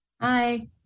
Hi